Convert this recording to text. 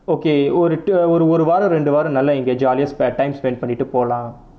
okay ஒரு ஒரு வாரம் இரண்டு வாரம் நல்லா இங்கே:oru oru vaaram rendu vaaram nallaa ingae jolly ah time spent பண்ணி போலாம்:panni polaam